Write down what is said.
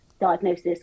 diagnosis